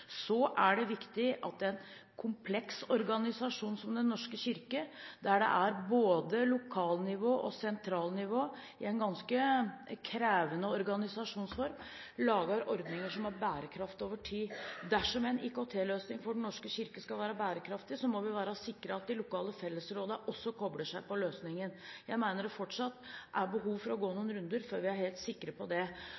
er viktig at en kompleks organisasjon som Den norske kirke, der det er både lokalnivå og sentralnivå i en ganske krevende organisasjonsform, lager ordninger som har bærekraft over tid. Dersom en IKT-løsning for Den norske kirke skal være bærekraftig, må vi være sikret at de lokale fellesrådene også kobler seg på løsningen. Jeg mener det fortsatt er behov for å gå